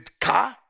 car